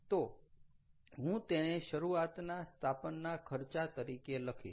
તો હું તેને શરૂઆતના સ્થાપનના ખર્ચા તરીકે લખીશ